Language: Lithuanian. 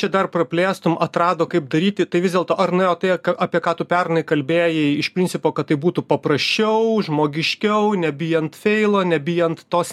čia dar praplėstum atrado kaip daryti tai vis dėlto ar nu jau atėjo ką apie ką tu pernai kalbėjai iš principo kad taip būtų paprasčiau žmogiškiau nebijant feilo nebijant tos